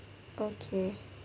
okay